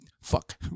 fuck